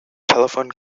telephone